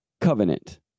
covenant